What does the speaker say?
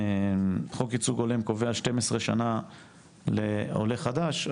חוק ייצוג הולם קובע 12 שנים לעולה חדש,